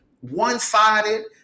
one-sided